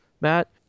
matt